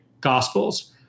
gospels